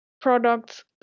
products